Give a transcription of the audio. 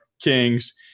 Kings